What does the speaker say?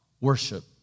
worship